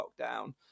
lockdown